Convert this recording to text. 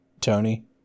Tony